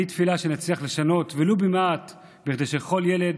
אני תפילה שנצליח לשנות, ולו במעט, כדי שכל ילד